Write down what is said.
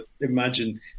imagine